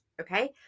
Okay